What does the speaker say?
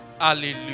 Hallelujah